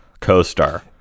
co-star